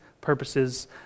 purposes